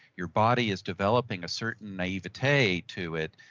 your body is developing a certain naivete to it.